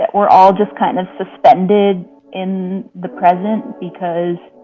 but we're all just kind of suspended in the present because,